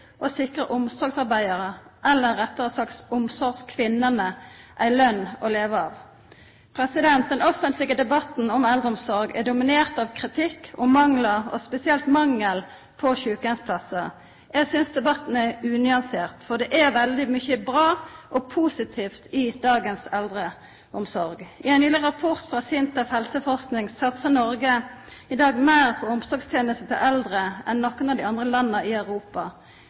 og sikra omsorgsarbeidarane, eller rettare sagt omsorgskvinnene, ei løn å leva av. Den offentlege debatten om eldreomsorg er dominert av kritikk og manglar, og spesielt mangelen på sjukeheimsplassar. Eg synest debatten er unyansert, for det er veldig mykje bra og positivt i dagens eldreomsorg. Ifølgje ein rapport frå Helseforsking i SINTEF nyleg satsar Noreg i dag meir på omsorgstenester til eldre enn nokon av dei andre landa i Europa.